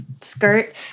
skirt